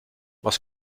was